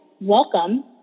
welcome